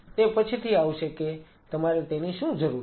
તે પછીથી આવશે કે તમારે તેની શું જરૂર છે